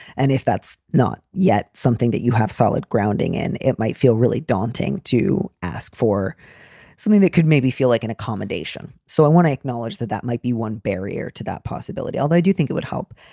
and if that's not yet something that you have solid grounding in, it might feel really daunting to ask for something that could maybe feel like an accommodation. so i want to acknowledge that that might be one barrier to that possibility, although i do think it would help.